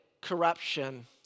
corruption